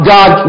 God